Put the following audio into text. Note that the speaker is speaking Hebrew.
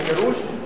השרעי ולבקש בפירוש.